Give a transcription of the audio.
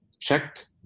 checked